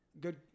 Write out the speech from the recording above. good